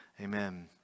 Amen